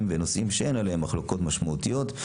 ונושאים שאין עליהן מחלוקות משמעותיות.